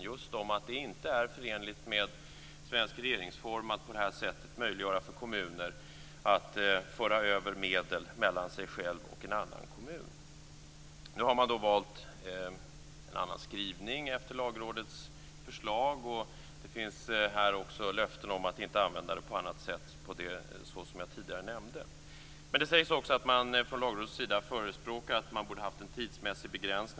Det är inte förenligt med svensk regeringsform att på det här sättet möjliggöra för en kommun att föra över medel mellan sig själv och en annan kommun. Nu har man valt en annan skrivning efter Lagrådets förslag. Det finns löften om att inte använda det på annat sätt, som jag tidigare nämnde. Det sägs också att man från Lagrådets sida förespråkat att man borde ha haft en tidsmässig begränsning.